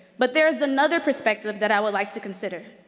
but there is another perspective that i would like to consider.